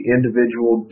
Individual